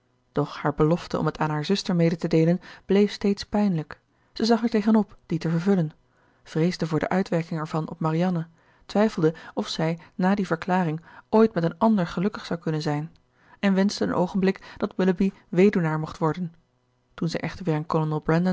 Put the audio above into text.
doch haar belofte om het aan hare zuster mede te deelen bleef steeds pijnlijk zij zag er tegenop die te vervullen vreesde voor de uitwerking ervan op marianne twijfelde of zij na die verklaring ooit met een ander gelukkig zou kunnen zijn en wenschte een oogenblik dat willoughby weduwnaar mocht worden toen zij echter weer